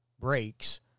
breaks